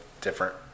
different